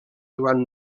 durant